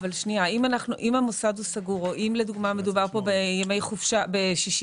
אם המוסד סגור ואם מדובר בשישי-שבת,